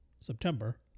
September